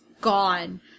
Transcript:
gone